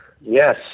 Yes